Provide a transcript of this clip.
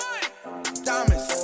Diamonds